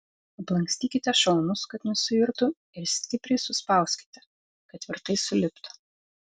aplankstykite šonus kad nesuirtų ir stipriai suspauskite kad tvirtai suliptų